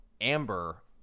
amber